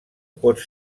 pot